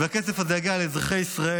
והכסף הזה יגיע לאזרחי ישראל,